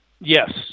Yes